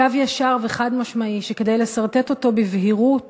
קו ישר וחד-משמעי שכדי לסרטט אותו בבהירות